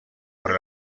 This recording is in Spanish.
para